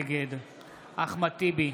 נגד אחמד טיבי,